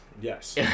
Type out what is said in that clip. yes